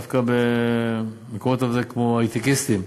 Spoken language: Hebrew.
דווקא במקומות עבודה היי-טקיסטיים,